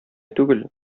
түгел